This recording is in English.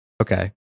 Okay